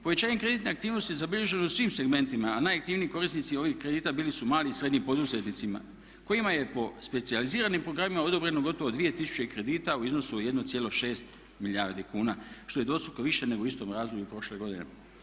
Povećanjem kreditne aktivnosti zabilježeno je u svim segmentima a najaktivniji korisnici ovih kredita bili su mali i srednji poduzetnici kojima je po specijaliziranim programima odobreno gotovo 2 tisuće kredita u iznosu od 1,6 milijardi kuna što je dvostruko više nego u istom razdoblju prošle godine.